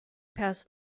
past